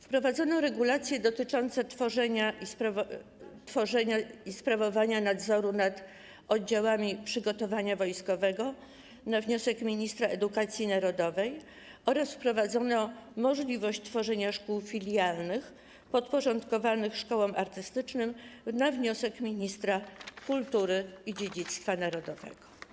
Wprowadzono regulacje dotyczące tworzenia i sprawowania nadzoru nad oddziałami przygotowania wojskowego - na wniosek ministra edukacji narodowej oraz wprowadzono możliwość tworzenia szkół filialnych podporządkowanych szkołom artystycznym - na wniosek ministra kultury i dziedzictwa narodowego.